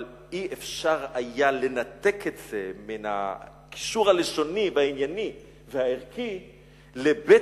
אבל לא היה אפשר לנתק את זה מן הקישור הלשוני והענייני והערכי לבית-תור,